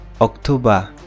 October